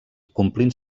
complint